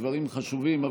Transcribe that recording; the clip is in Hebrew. הדברים חשובים,